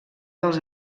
dels